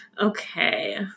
Okay